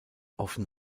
offen